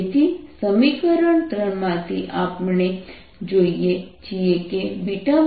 તેથી સમીકરણ ત્રણ માંથી આપણે જોઈએ છીએ કે 1 છે